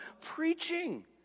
preaching